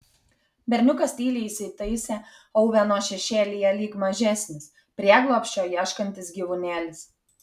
berniukas tyliai įsitaisė oveno šešėlyje lyg mažesnis prieglobsčio ieškantis gyvūnėlis